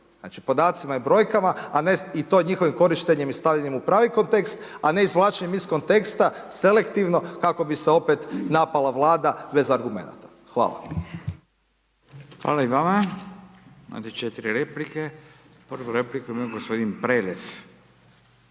Znači podacima i brojkama, a ne i to njihovim korištenjem i stavljanje u pravi kontekst, a ne izvlačenje iz konteksta, selektivno, kako bi se opet napala vlada bez argumenata. Hvala. **Radin, Furio (Nezavisni)** Hvala i vama, imate 4 replike, prvu repliku ima gospodin Prelec.